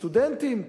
הסטודנטים,